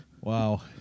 wow